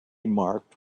marked